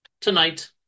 Tonight